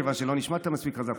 כיוון שלא נשמעת מספיק חזק,